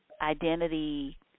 identity